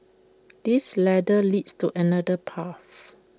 this ladder leads to another path